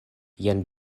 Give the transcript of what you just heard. jen